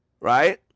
Right